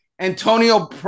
Antonio